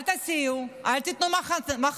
אל תסיעו, אל תיתנו מחסה,